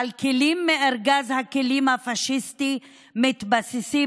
אבל כלים מארגז הכלים הפשיסטי מתבססים